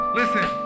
listen